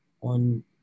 on